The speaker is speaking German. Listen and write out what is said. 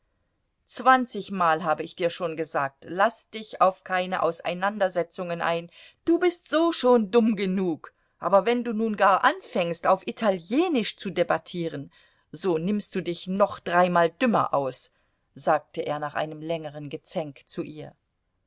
zwanzigmal habe ich dir schon gesagt laß dich auf keine auseinandersetzungen ein du bist so schon dumm genug aber wenn du nun gar anfängst auf italienisch zu debattieren so nimmst du dich noch dreimal dümmer aus sagte er nach einem längeren gezänk zu ihr